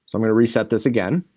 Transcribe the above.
so i'm gonna reset this again,